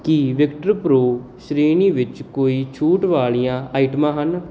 ਕੀ ਵਿਕਟਰਪ੍ਰੋ ਸ਼੍ਰੇਣੀ ਵਿੱਚ ਕੋਈ ਛੂਟ ਵਾਲੀਆਂ ਆਈਟਮਾਂ ਹਨ